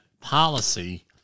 policy